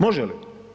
Može li?